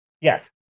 Yes